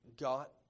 got